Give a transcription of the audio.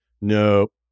Nope